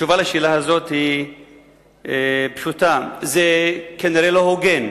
התשובה לשאלה הזאת היא פשוטה: זה כנראה לא הוגן,